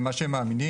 למה שהם מאמינים,